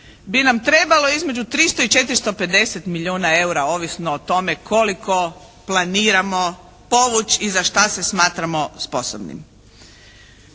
bi nam trebalo između 300 i 450 milijona eura, ovisno o tome koliko planiramo povući i za šta se smatramo sposobnim.